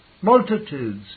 Multitudes